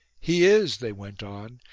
he is, they went on,